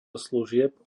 služieb